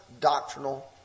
doctrinal